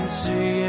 see